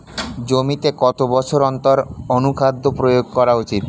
জমিতে কত বছর অন্তর অনুখাদ্য প্রয়োগ করা উচিৎ?